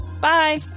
Bye